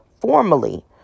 formally